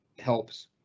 helps